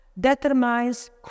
determines